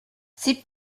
sie